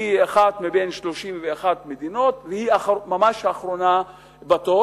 היא אחת מבין 31 מדינות והיא ממש האחרונה בתור.